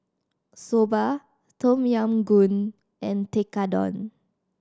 Soba Tom Yam Goong and Tekkadon